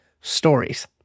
stories